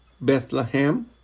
Bethlehem